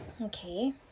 okay